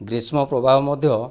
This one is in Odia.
ଗ୍ରୀଷ୍ମ ପ୍ରବାହ ମଧ୍ୟ